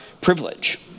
privilege